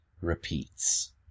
repeats